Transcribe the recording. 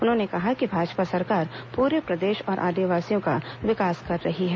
उन्होंने कहा कि भाजपा सरकार पूरे प्रदेश और आदिवासियों का विकास कर रही है